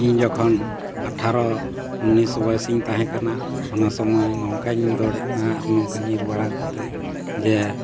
ᱤᱧ ᱡᱚᱠᱷᱚᱱ ᱟᱴᱷᱟᱨᱚ ᱩᱱᱤᱥ ᱵᱚᱭᱮᱥ ᱤᱧ ᱛᱟᱦᱮᱸ ᱠᱟᱱᱟ ᱚᱱᱟ ᱥᱚᱢᱚᱭ ᱱᱚᱝᱠᱟᱧ ᱫᱟᱹᱲᱮᱫ ᱛᱟᱦᱮᱸᱫ ᱟᱨ ᱱᱚᱝᱠᱟ ᱧᱤᱨ ᱵᱟᱲᱟ ᱠᱟᱛᱮᱫ ᱡᱮ